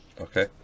Okay